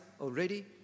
already